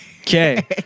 Okay